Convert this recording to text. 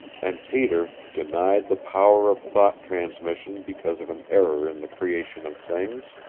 and peter, denied the power of thought transmission because of an error in the creation of things,